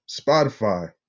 Spotify